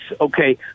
okay